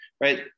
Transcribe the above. right